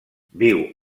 viu